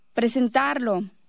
presentarlo